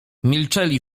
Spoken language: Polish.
milczeli